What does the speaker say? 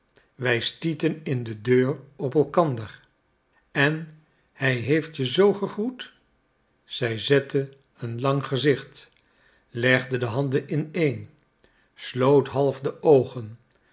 wij stieten in de deur op elkander en hij heeft je z gegroet zij zette een lang gezicht legde de handen ineen sloot half de oogen